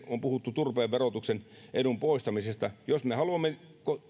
on puhuttu turpeen verotuksen edun poistamisesta jos me haluamme